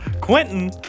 Quentin